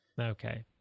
Okay